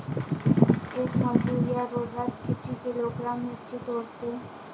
येक मजूर या रोजात किती किलोग्रॅम मिरची तोडते?